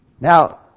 Now